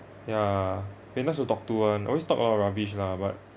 ya they not so talk to [one] always talk about rubbish lah but